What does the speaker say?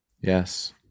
yes